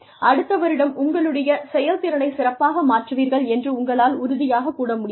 அடுத்த வருடம் உங்களுடைய செயல்திறனைச் சிறப்பாக மாற்றுவீர்கள் என்று உங்களால் உறுதியாகக் கூற முடியாது